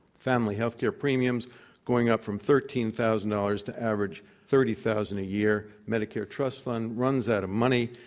family health care premiums going up from thirteen thousand dollars to average thirty thousand a year, medicare trust fund runs out of money,